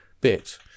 bit